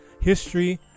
History